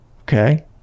Okay